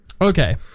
Okay